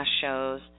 shows